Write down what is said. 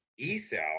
ESAL